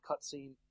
cutscene